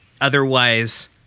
Otherwise